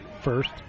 first